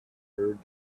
heard